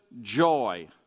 joy